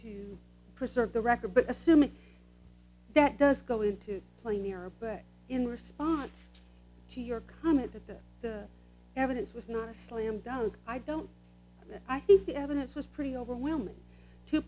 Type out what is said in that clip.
to preserve the record but assuming that does go into play in europe but in response to your comment that this evidence was not a slam dunk i don't know i think the evidence was pretty overwhelming to